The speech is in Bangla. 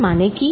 এর মানে কি